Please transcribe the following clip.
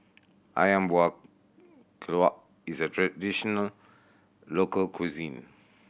Ayam Buah Keluak is a traditional local cuisine